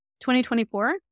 2024